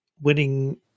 winning